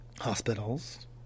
Hospitals